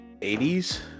80s